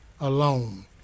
alone